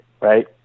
right